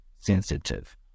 sensitive